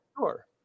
Sure